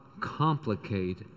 complicate